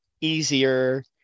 easier